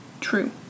True